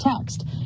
text